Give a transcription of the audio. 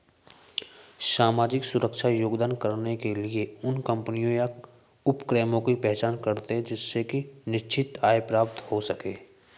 सामाजिक सुरक्षा योगदान कर के लिए उन कम्पनियों या उपक्रमों की पहचान करते हैं जिनसे निश्चित आय प्राप्त हो सके